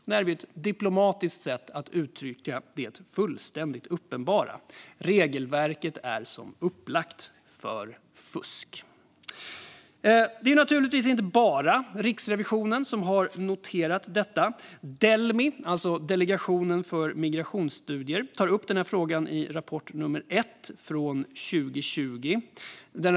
Detta är ett diplomatiskt sätt att uttrycka det fullständigt uppenbara: Regelverket är som upplagt för fusk. Det är naturligtvis inte bara Riksrevisionen som noterat detta. Delmi, alltså Delegationen för migrationsstudier, tar upp frågan i sin rapport 2020:1.